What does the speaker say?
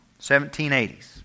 1780s